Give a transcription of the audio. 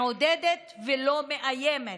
מעודדת ולא מאיימת.